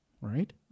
right